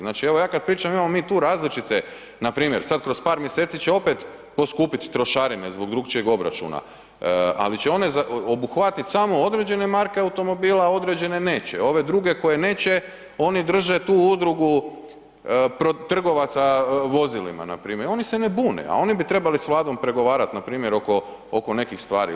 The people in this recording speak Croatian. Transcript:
Znači evo ja kad pričam, imamo mi tu različite npr. sad kroz par mjeseci će opet poskupit trošarine zbog drukčijeg obračuna ali će one obuhvatit samo određene marke automobila, određene neće, ove druge koje neće, oni drže tu udrugu trgovaca vozilima npr., oni se ne bune a oni bi trebali s Vladom pregovarat npr. oko nekih stvari.